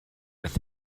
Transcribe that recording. with